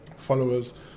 Followers